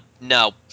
no